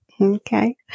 Okay